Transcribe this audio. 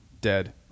Dead